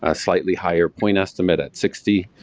ah slightly higher point estimate at sixty,